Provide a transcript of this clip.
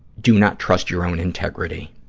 do not trust your own integrity